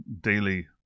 daily